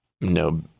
no